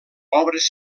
obres